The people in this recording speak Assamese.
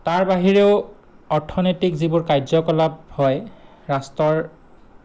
তাৰ বাহিৰেও অৰ্থনৈতিক যিবোৰ কাৰ্যকলাপ হয় ৰাষ্ট্ৰৰ